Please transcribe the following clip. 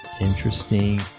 interesting